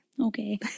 Okay